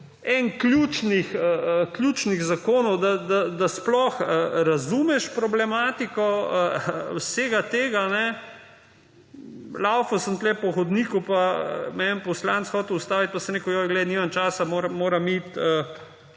eden ključnih zakonov, da sploh razumeš problematiko vsega tega. Tekel sem tukaj po hodniku, pa me je en poslanec hotel ustaviti pa sem rekel, da nimam časa, moram iti